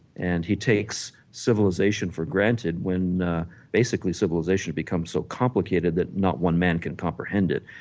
and he takes civilization for granted when basically civilization become so complicated that not one man can comprehend it.